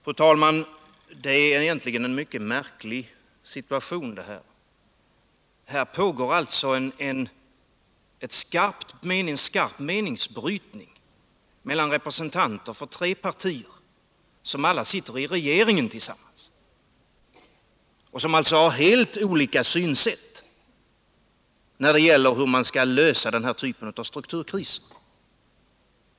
Fru talman! Det här är egentligen en mycket märklig situation. Den pågående diskussionen visar alltså en mycket skarp meningsbrytning mellan representanter för tre partier, som alla sitter i regeringen tillsammans men som alltså har helt olika synsätt när det gäller frågan hur man skall lösa den här typen av strukturkriser.